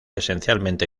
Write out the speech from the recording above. esencialmente